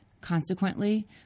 Consequently